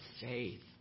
faith